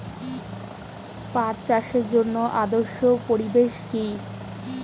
পাট চাষের জন্য আদর্শ পরিবেশ কি?